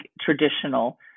traditional